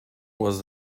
was